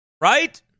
Right